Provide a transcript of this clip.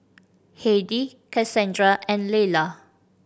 Heidi Kassandra and Leyla